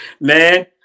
Man